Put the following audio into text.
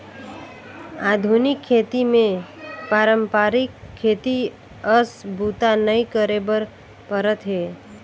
आधुनिक खेती मे पारंपरिक खेती अस बूता नइ करे बर परत हे